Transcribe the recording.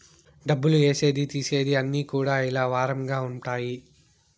డబ్బులు ఏసేది తీసేది అన్ని కూడా ఇలా వారంగా ఉంటాయి